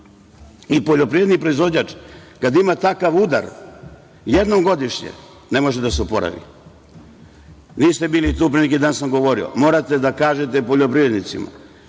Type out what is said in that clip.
I poljoprivredni proizvođač kada ima takav udar jednom godišnje, ne može da se oporavi. Vi ste bili tu, pre neki dan sam govorio, morate da kažete poljoprivrednicima